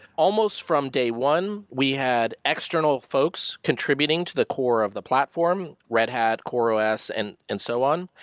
almost from day one, we had external folks contributing to the core of the platform, red hat, coreos, and and so on,